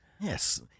Yes